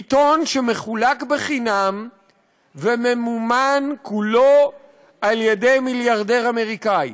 עיתון שמחולק חינם וממומן כולו על-ידי מיליארדר אמריקני,